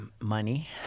Money